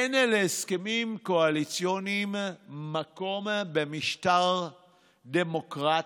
אין להסכמים קואליציוניים מקום במשטר דמוקרטי.